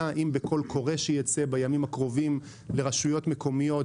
בקול קורא שייצא בימים הקרובים לרשויות מקומיות,